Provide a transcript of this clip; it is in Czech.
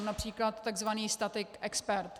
Například tzv. statik expert.